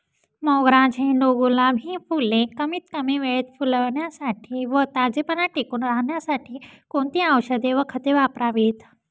मोगरा, झेंडू, गुलाब हि फूले कमीत कमी वेळेत फुलण्यासाठी व ताजेपणा टिकून राहण्यासाठी कोणती औषधे व खते वापरावीत?